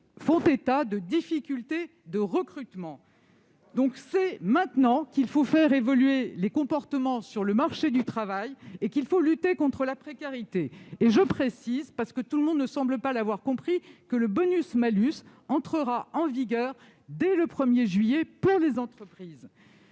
font état de difficultés de recrutement. C'est donc maintenant qu'il faut faire évoluer les comportements sur le marché du travail et qu'il faut lutter contre la précarité. De plus, je précise, puisque tout le monde ne semble pas l'avoir compris, que le bonus-malus entrera en vigueur dès le 1 juillet prochain pour les entreprises.